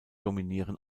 dominieren